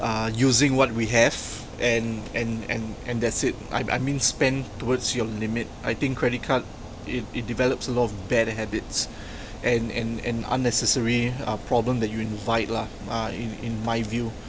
uh using what we have and and and and that's it I I mean spend towards your limit I think credit card it it develops a lot of bad habits and and an unnecessary uh problem that you invite lah uh in in my view